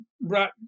brought